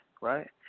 right